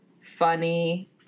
Funny